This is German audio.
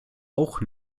auch